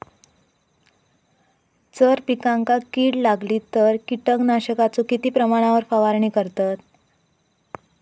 जर पिकांका कीड लागली तर कीटकनाशकाचो किती प्रमाणावर फवारणी करतत?